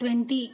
twenty